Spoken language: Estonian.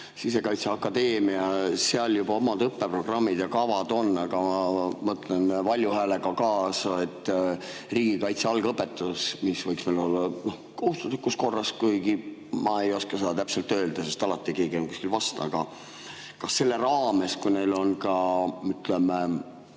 Sisekaitseakadeemias omad õppeprogrammid ja ‑kavad on, aga ma mõtlen valju häälega kaasa. Riigikaitse algõpetus, mis võiks olla kohustuslikus korras – kuigi ma ei oska seda täpselt öelda, sest alati keegi on kuskil vastu –, aga kas selle raames, kui neil on ka õppelaager